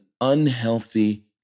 unhealthy